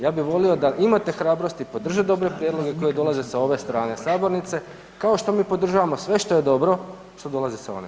Ja bih volio da imate hrabrosti podržati dobre prijedloge koji dolaze sa ove strane sabornice kao što mi podržavamo sve što je dobro što dolazi sa one strane.